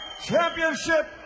Championship